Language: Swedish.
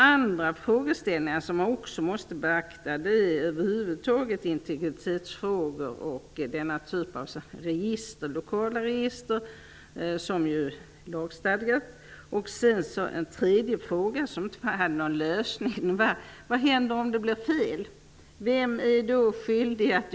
Andra spörsmål som man måste beakta är integritetsfrågor över huvud taget och olika typer av lokala register, som ju är reglerade i lag. En fråga som inte fått någon lösning är vem som är skyldig att lämna uppgift om något fel uppstår.